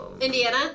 Indiana